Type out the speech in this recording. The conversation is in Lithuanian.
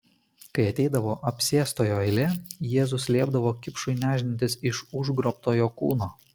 kai ateidavo apsėstojo eilė jėzus liepdavo kipšui nešdintis iš užgrobtojo kūno